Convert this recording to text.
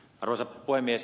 arvoisa puhemies